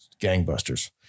Gangbusters